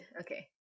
Okay